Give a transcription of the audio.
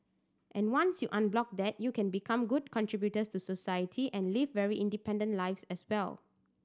and once you unblock that they can become good contributors to society and live very independent lives as well